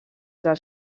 dels